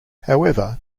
however